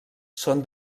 són